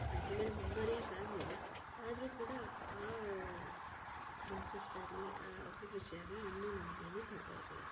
ಅದರ ಮೇಲೆ ಮುಂದುವರಿಯಕ್ಕಾಗಲಿಲ್ಲ ಆದರೂ ಕೂಡ ಆ ಇಂಟ್ರೆಸ್ಟಾಗಲಿ ಆ ಅಭಿರುಚಿ ಆಗಲಿ ಇನ್ನೂ ನನಗೇನೂ ಕಡಿಮೆಯಾಗಿಲ್ಲ